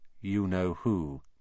you-know-who